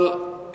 אבל,